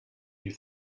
you